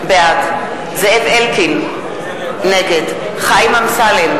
בעד זאב אלקין, נגד חיים אמסלם,